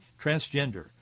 transgender